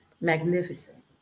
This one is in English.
Magnificent